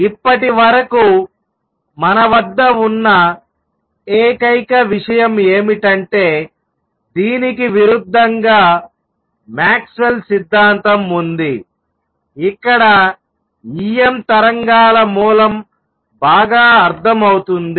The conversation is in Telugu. ఇప్పటివరకు మన వద్ద ఉన్న ఏకైక విషయం ఏమిటంటే దీనికి విరుద్ధంగా మాక్స్వెల్Maxwell's సిద్ధాంతం ఉంది ఇక్కడ Em తరంగాల మూలం బాగా అర్థం అవుతుంది